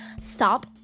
Stop